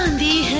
the